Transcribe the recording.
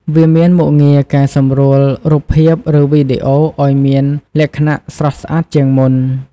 វាមានមុខងារកែសម្រួលរូបភាពឬវីដេអូឱ្យមានលក្ខណៈស្រស់ស្អាតជាងមុន។